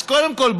אז קודם כול,